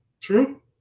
True